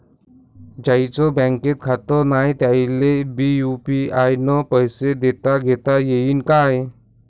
ज्याईचं बँकेत खातं नाय त्याईले बी यू.पी.आय न पैसे देताघेता येईन काय?